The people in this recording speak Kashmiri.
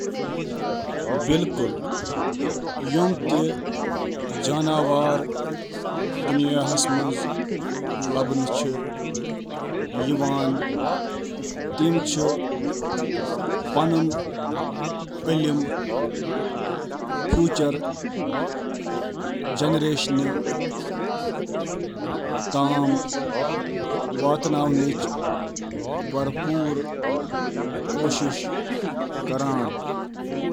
آ، واریاہ جانور ہیکن ثقافتی ترسیل کہ ذریعہٕ علم ینہٕ وٲل نسلس تام منتقل کٔرتھ: